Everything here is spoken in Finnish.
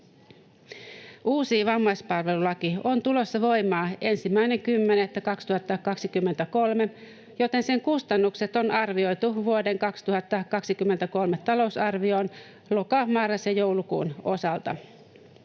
Uusi vammaispalvelulaki on tulossa voimaan 1.10.2023, joten sen kustannukset on arvioitu vuoden 2023 talousarvioon loka-, marras- ja joulukuun osalta.